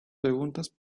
preguntas